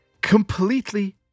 completely